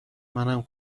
منم